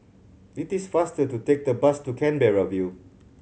it is faster to take the bus to Canberra View